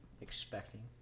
expecting